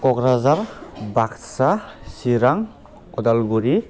Kokrajhar Baksa Chirang Udalguri